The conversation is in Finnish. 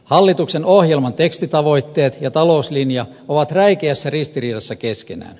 hallituksen ohjelman tekstitavoitteet ja talouslinja ovat räikeässä ristiriidassa keskenään